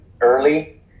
early